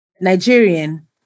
Nigerian